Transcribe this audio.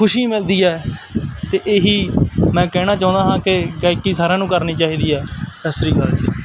ਖੁਸ਼ੀ ਮਿਲਦੀ ਹੈ ਅਤੇ ਇਹੀ ਮੈਂ ਕਹਿਣਾ ਚਾਹੁੰਦਾ ਹਾਂ ਕਿ ਗਾਇਕੀ ਸਾਰਿਆਂ ਨੂੰ ਕਰਨੀ ਚਾਹੀਦੀ ਹੈ ਸਤਿ ਸ਼੍ਰੀ ਅਕਾਲ ਜੀ